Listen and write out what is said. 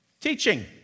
teaching